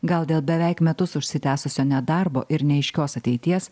gal dėl beveik metus užsitęsusio nedarbo ir neaiškios ateities